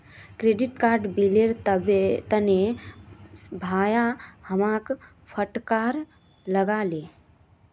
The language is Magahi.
क्रेडिट कार्ड बिलेर तने भाया हमाक फटकार लगा ले